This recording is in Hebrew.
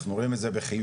אנחנו רואים את זה בחיוב.